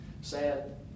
sad